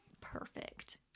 perfect